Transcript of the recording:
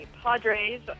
Padres